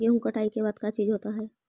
गेहूं कटाई के बाद का चीज होता है?